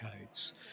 codes